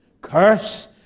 Curse